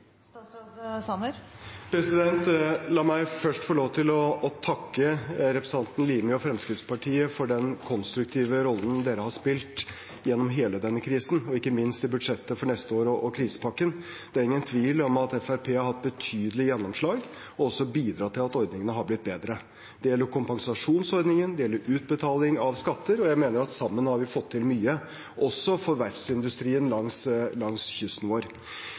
La meg først få lov til å takke representanten Limi og Fremskrittspartiet for den konstruktive rollen de har spilt gjennom hele denne krisen, og ikke minst i budsjettet for neste år og krisepakken. Det er ingen tvil om at Fremskrittspartiet har hatt betydelig gjennomslag, og også bidratt til at ordningene har blitt enda bedre. Det gjelder kompensasjonsordningen, det gjelder utsettelse av innbetaling av skatter, og jeg mener at sammen har vi fått til mye, også for verftsindustrien langs kysten vår.